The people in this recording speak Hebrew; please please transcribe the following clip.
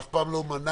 אף פעם לא מנענו,